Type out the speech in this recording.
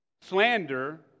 slander